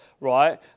right